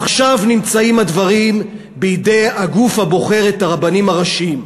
עכשיו נמצאים הדברים בידי הגוף הבוחר את הרבנים הראשיים.